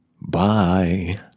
Bye